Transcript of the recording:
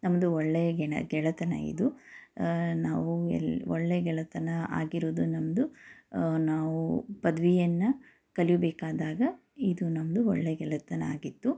ನಮ್ಮದು ಒಳ್ಳೆಯ ಗೆಣ ಗೆಳೆತನ ಇದು ನಾವು ಎ ಒಳ್ಳೆಯ ಗೆಳೆತನ ಆಗಿರೋದು ನಮ್ಮದು ನಾವು ಪದವಿಯನ್ನು ಕಲಿಬೇಕಾದಾಗ ಇದು ನಮ್ಮದು ಒಳ್ಳೆಯ ಗೆಳೆತನ ಆಗಿತ್ತು